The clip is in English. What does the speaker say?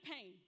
pain